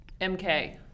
MK